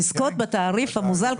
לזכות בתעריף המוזל,